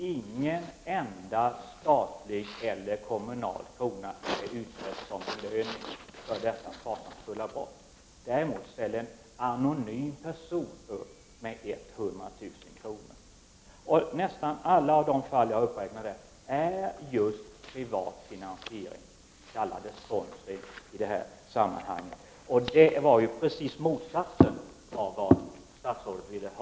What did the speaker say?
Ingen enda statlig eller kommunal krona hade utfästs som belöning efter detta fasansfulla brott! Däremot ställde en anonym person upp med 100 000 kr. Nästan alla av de fall jag har på min lista är just privat finansierade — kalla det gärna sponsring — och det var ju precis motsatsen mot vad statsrådet ville ha.